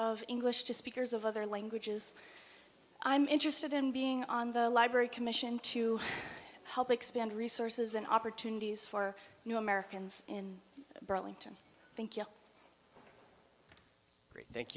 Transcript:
of english to speakers of other languages i'm interested in being on the library commission to help expand resources and opportunities for new americans in burlington thank you thank